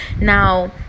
Now